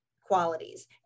qualities